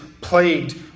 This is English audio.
plagued